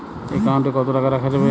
Account কত টাকা রাখা যাবে?